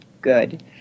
good